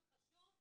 דיון חשוב.